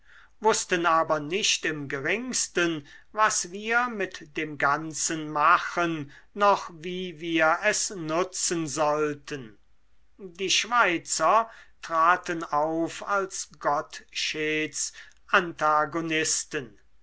wußten aber nicht im geringsten was wir mit dem ganzen machen noch wie wir es nutzen sollten die schweizer traten auf als gottscheds antagonisten